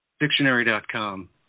dictionary.com